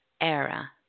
era